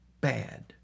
bad